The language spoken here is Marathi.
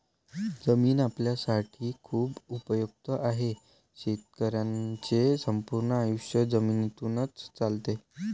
जमीन आपल्यासाठी खूप उपयुक्त आहे, शेतकऱ्यांचे संपूर्ण आयुष्य जमिनीतूनच चालते